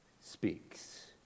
speaks